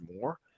more